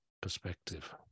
perspective